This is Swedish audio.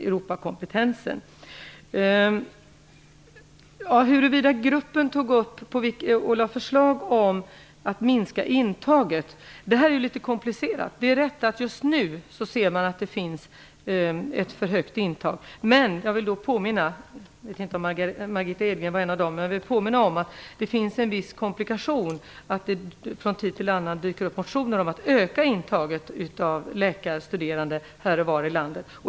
Frågan om huruvida gruppen lade fram förslag om att minska intaget vill jag säga att detta är ganska komplicerat. Det är riktigt att det just nu är ett för högt intag. Men jag vill då påminna om att det finns en viss komplikation i att det från tid till annan dyker upp motioner - jag vet inte om Margitta Edgren var en av motionärerna - om att öka intaget av läkarstuderande här och var i landet.